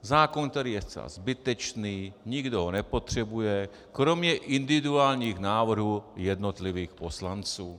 Zákon, který je zcela zbytečný, nikdo ho nepotřebuje, kromě individuálních návrhů jednotlivých poslanců.